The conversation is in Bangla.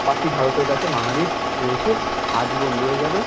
বাকি ভারতের কাছে বাঙালির রয়েছে আজীবন রয়ে যাবে